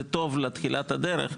זה טוב לתחילת הדרך,